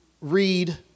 read